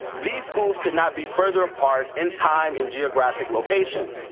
these schools could not be further apart in time and geographic location,